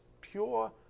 pure